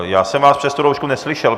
Já jsem vás přes tu roušku neslyšel.